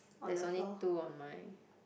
there's only two on my